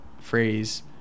phrase